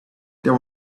there